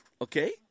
okay